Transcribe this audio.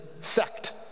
sect